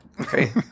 Okay